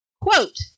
quote